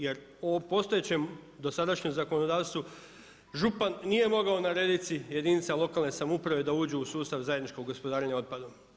Jer u postojećem dosadašnjem zakonodavstvu župan nije mogao narediti si, jedinica lokalne samouprave da uđu u sustav zajedničkog gospodarenja otpadom.